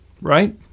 Right